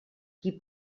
qui